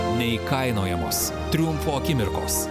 neįkainojamos triumfo akimirkos